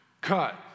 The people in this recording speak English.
Cut